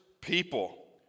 people